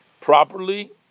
properly